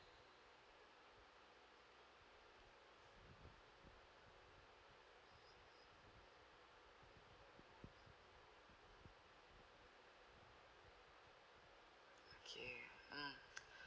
okay mm